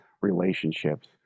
relationships